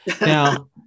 Now